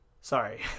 Sorry